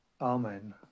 Amen